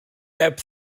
heb